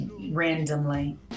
randomly